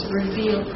reveal